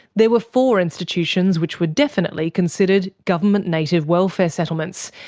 there were four institutions which were definitely considered government native welfare settlements,